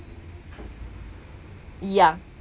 ya